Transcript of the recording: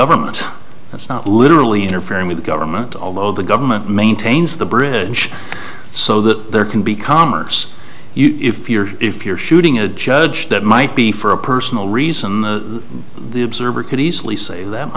government that's not literally interfering with government although the government maintains the bridge so that there can be commerce if you're if you're shooting a judge that might be for a personal reason the the observer could easily say that